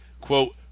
Quote